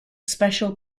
special